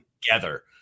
together